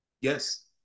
Yes